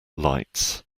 lights